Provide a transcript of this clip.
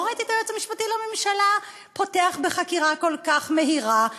לא ראיתי את היועץ המשפטי לממשלה פותח בחקירה כל כך מהירה,